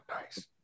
Nice